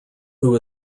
who